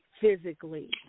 physically